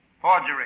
forgery